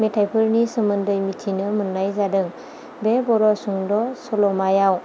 मेथाइफोरनि सोमोन्दै मिथिनो मोन्नाय जादों बे बर' सुंद' सल'मायाव